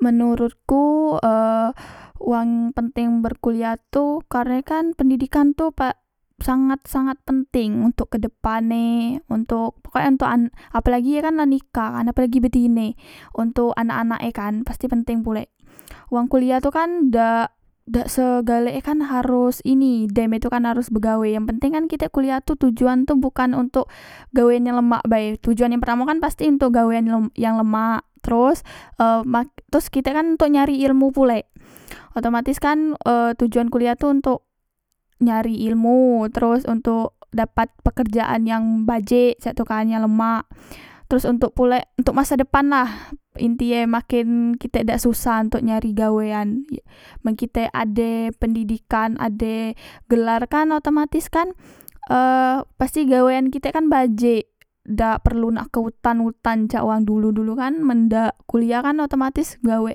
Menurutku e wang penteng berkuliah tu karne kan pendidikan tu sangat sangat penteng ontok kedepan e ontok pokok e ontok an apelagi ye kan la nikah kan apelagi betine ontok anak anak e kan pasti penteng pulek wang kuliah tu kan dak dak segalek e kan harus ini dem itu kan harus begawe yang penteng kan kitek kuliah tu tujuan tu bukan ontok gawean yang lemak bae tujuan yang pertamo kan pasti ontok gawean yang ng yang lemak teros e teros kitek kan ontok nyari ilmu pulek otomatis kan e tujuan kuliah tu ontok nyari ilmu teros ontok dapat pekerjaan yang bajik cek tu kan yang lemak terus ontok pulek ontok masa depan lah inti e maken kitek dak susah ontok nyari gawean men kitek ade pendidikan ade gelar kan otomatis kan e pasti gawean kitek kan bajik dak perlu nak ke utan utan cak wang dulu dulu kan men dak kuliah kan otomatis gawek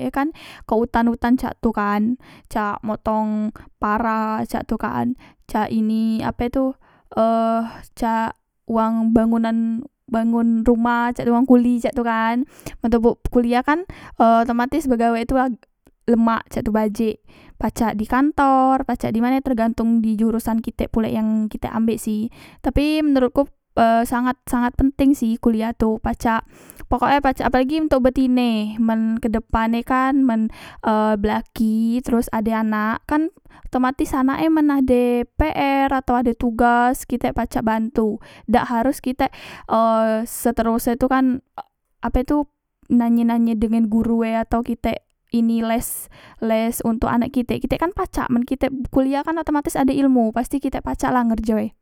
e kan ke utan utan cak tu kan cak motong para cak itu kan cak ini ape tu cak uang bangunan bangun rumah cak itu kan kuli cak tu kan men tobok kuliah kan eh otomatis begawek tu lemak cak tu bajik pacak di kantor pacak di mane tergantong di jurusan kitek pulek yang kitek ambek sih tapi menorotku e sangat sangat penteng sih kuliah tu pacak pokok e pacak apolagi ontok betine men kedepane kan men e belaki teros ade anak kan otomatis anak e men ade pr men ade tugas kitek pacak bantu dak harus kitek e seteros e tu kan ape tu nanye nanye dengan gurue atau kitek ini les les ontok anak kitek kitek kan pacak men kitek kuliah kan otomatis ade ilmu pasti kitek pacak lah ngerjo e